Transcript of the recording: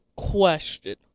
Question